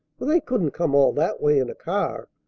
for they couldn't come all that way in a car.